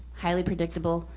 highly predictable,